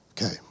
Okay